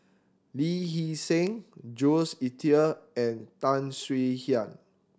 Lee Hee Seng Jules Itier and Tan Swie Hian